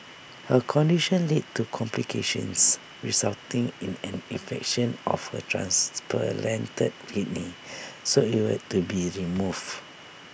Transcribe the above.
her condition led to complications resulting in an infection of her kidney so you had to be removed